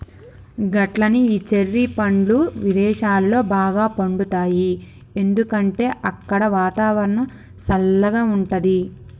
గట్లనే ఈ చెర్రి పండ్లు విదేసాలలో బాగా పండుతాయి ఎందుకంటే అక్కడ వాతావరణం సల్లగా ఉంటది